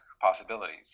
possibilities